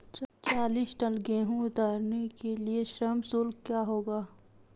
चालीस टन गेहूँ उतारने के लिए श्रम शुल्क क्या होगा?